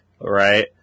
right